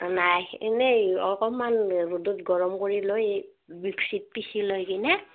নাই এনেই অকণমান ৰ'দত গৰম কৰি লৈ মিক্সিত পিচি লৈ কিনে